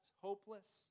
hopeless